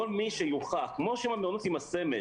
כל מי שיוכח כמו שהמעונות עם הסמל,